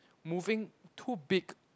moving too big